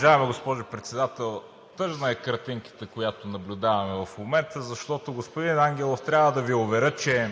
Уважаема госпожо Председател! Тъжна е картинката, която наблюдаваме в момента, защото, господин Ангелов, трябва да Ви уверя, че